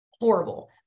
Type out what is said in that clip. Horrible